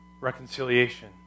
reconciliation